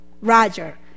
Roger